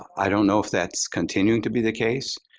i don't know if that's continuing to be the case.